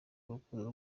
urukundo